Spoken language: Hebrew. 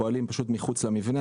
הם פועלים פשוט מחוץ למבנה,